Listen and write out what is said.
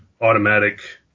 automatic